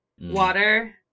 Water